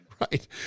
Right